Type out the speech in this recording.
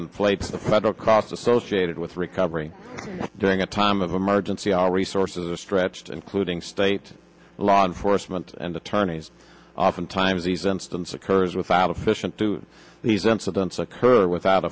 inflate the federal cost associated with recovery during a time of emergency our resources are stretched including state law enforcement and attorneys oftentimes these instance occurs without official to these incidents occurred without